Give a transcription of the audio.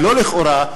ולא לכאורה,